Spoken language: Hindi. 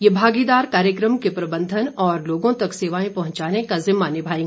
ये भागीदार कार्यक्रम के प्रबंधन और लोगों तक सेवाएं पहुंचाने का जिम्मा निभाएंगे